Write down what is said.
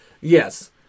Yes